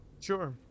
Sure